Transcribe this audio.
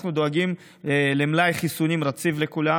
אנחנו דואגים למלאי חיסונים רציף לכולם,